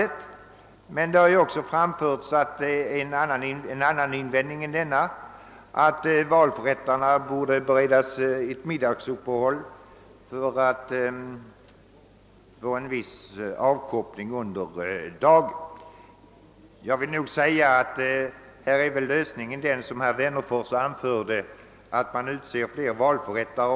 Det har emellertid också framförts ett annat skäl, nämligen att valförrättarna borde beredas ett middagsuppehåll för att de skall få tillfälle till en viss avkoppling under dagen. Jag vill härvidlag förorda den av herr Wennerfors anförda lösningen att man utser fler valförrättare.